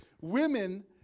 Women